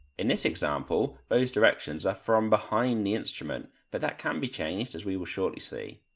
in this example, those directions are from behind the instrument but that can be changed as we will shortly see.